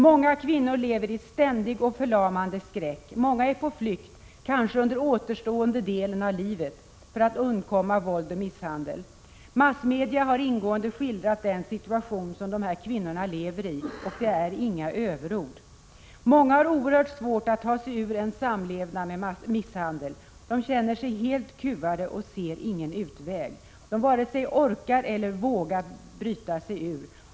Många kvinnor lever i ständig och förlamande skräck, och många är på flykt — kanske under den återstående delen av livet — för att undkomma våld och misshandel. Massmedia har ingående skildrat den situation dessa kvinnor lever i, och det är inga överord. Många har oerhört svårt att ta sig ur en samlevnad med misshandel. De känner sig helt kuvade och ser ingen utväg. De varken orkar eller vågar bryta sig ur.